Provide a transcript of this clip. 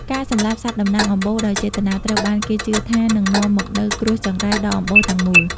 ការសម្លាប់សត្វតំណាងអំបូរដោយចេតនា ត្រូវបានគេជឿថានឹងនាំមកនូវ "គ្រោះចង្រៃ" ដល់អំបូរទាំងមូល។